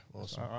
awesome